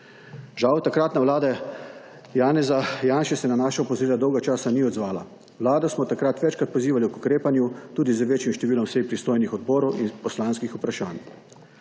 Žal takratna Vlada Janeza Janše se na našo /nerazumljivo/ dolgo časa ni odzvala. Vlado smo takrat večkrat pozivali k ukrepanju, tudi z večjim številom oseb pristojnih odborov in poslanskih vprašanj.